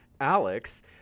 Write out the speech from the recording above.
Alex